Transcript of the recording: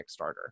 Kickstarter